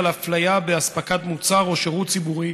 אפליה באספקת מוצר או שירות ציבורי,